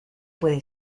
puede